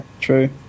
True